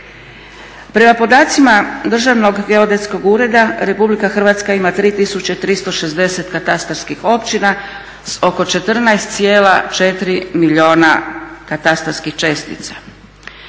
Prema podacima Državnog geodetskog ureda Republika Hrvatska ima 3 tisuće 360 katastarskih općina, oko 14,4 milijuna katastarskih čestica.